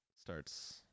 starts